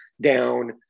down